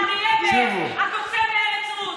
לאריה מהקוסם מארץ עוץ.